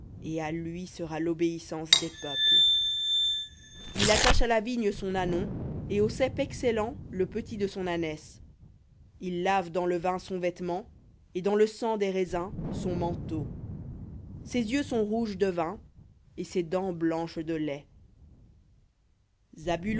et à lui sera l'obéissance des peuples il attache à la vigne son ânon et au cep excellent le petit de son ânesse il lave dans le vin son vêtement et dans le sang des raisins son manteau ses yeux sont rouges de vin et ses dents blanches de lait